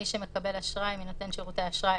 (א)מי שמקבל אשראי מנותן שירותי אשראי,